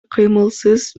кыймылсыз